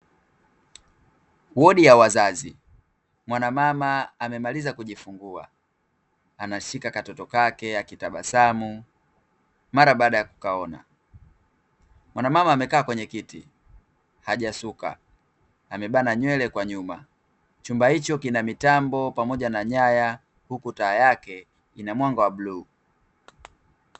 Wodi ya wazazi; mwanamama amemaliza kujifungua anashika katoto kake akitabasamu mara baada ya kukaona. Mwanamama amekaa kwenye kiti hajasuka, amebana nywele kwa nyuma. Chumba hicho kina mitambo pamoja na nyaya huku taa yake ina mwanga wa bluu.